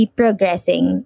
progressing